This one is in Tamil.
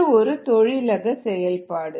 இது ஒரு தொழிலக செயல்பாடு